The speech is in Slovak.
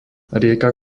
rieka